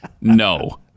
No